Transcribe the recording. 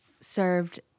served